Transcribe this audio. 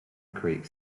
creek